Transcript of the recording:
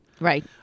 Right